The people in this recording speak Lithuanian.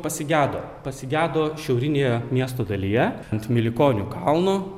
pasigedo pasigedo šiaurinėje miesto dalyje ant milikonių kalno